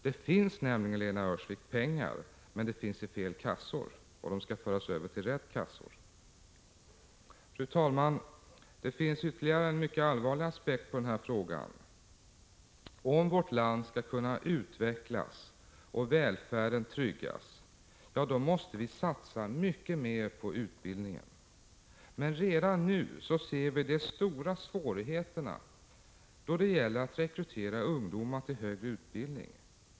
Det finns nämligen pengar, Lena Öhrsvik, men de finns i fel kassor. Och de skall föras över till rätt kassor. Fru talman! Det finns ytterligare en lika allvarlig aspekt på den här frågan. Om vårt land skall kunna utvecklas och välfärden tryggas måste vi satsa mycket mer på utbildningen. Men redan nu ser vi de stora svårigheterna när det gäller att rekrytera ungdomar till högre utbildning.